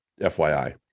FYI